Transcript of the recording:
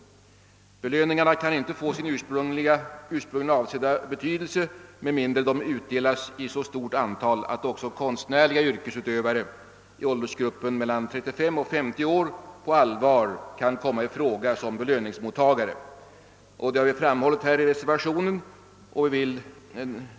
Dessa belöningar kan inte få sin ursprungligen avsedda betydelse med mindre än att de utdelas i så stort antal, att också konstnärliga yrkesutövare i åldersgruppen 35—50 år på allvar kan komma i fråga som belöningsmottagare. Detta har också framhållits i reservationen 1.